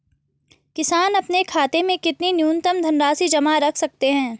किसान अपने खाते में कितनी न्यूनतम धनराशि जमा रख सकते हैं?